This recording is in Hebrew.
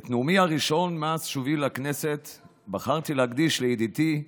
את נאומי הראשון מאז שובי לכנסת בחרתי להקדיש לידידי,